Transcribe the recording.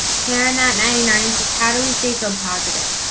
karen at ninety nine says how do we stay so positive?